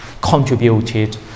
contributed